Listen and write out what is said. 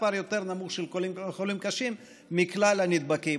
מספר יותר נמוך של חולים קשים מכלל הנדבקים.